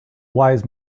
wise